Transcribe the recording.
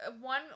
one